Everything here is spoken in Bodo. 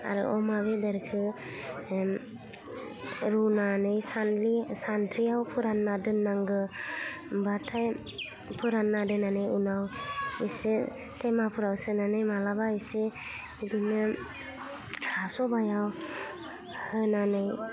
आरो अमा बेदरखो रुनानै सानलि सानद्रियाव फोरान्ना दोन्नांगो होमबाथाय फोरान्ना दोन्नानै उनाव इसे तेमाफ्राव सोनानै मालाबा इसे बिदिनो हा सबायाव होनानै